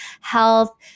health